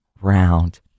round